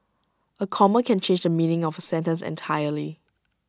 A comma can change the meaning of A sentence entirely